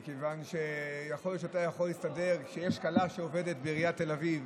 כי יכול להיות שאתה יכול להסתדר כשיש כלה שעובדת בעיריית תל אביב.